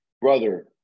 brother